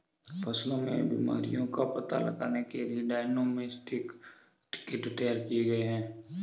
फसलों में बीमारियों का पता लगाने के लिए डायग्नोस्टिक किट तैयार किए गए हैं